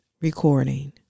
recording